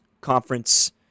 conference